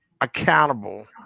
accountable